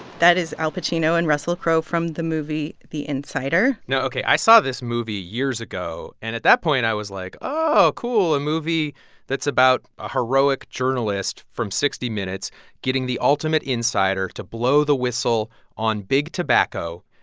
that is al pacino and russell crowe from the movie the insider. now, ok, i saw this movie years ago, and at that point, i was like, oh, cool, a movie that's about a heroic journalist from sixty minutes getting the ultimate insider to blow the whistle on big tobacco.